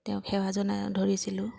তেওঁক সেৱা জনাই ধৰিছিলোঁ